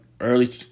early